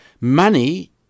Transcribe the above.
money